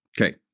Okay